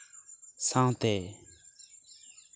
ᱥᱟᱶᱛᱮ